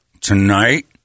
tonight